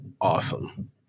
awesome